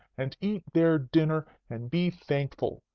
and eat their dinner, and be thankful.